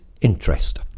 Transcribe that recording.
interest